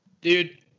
Dude